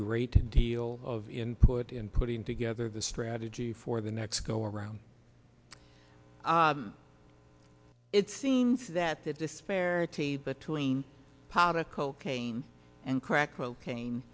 great deal of input in putting together the strategy for the next go around it seems that the disparity between powder cocaine and crack cocaine